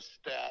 stat